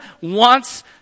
wants